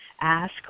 ask